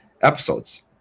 episodes